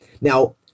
Now